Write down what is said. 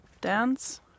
dance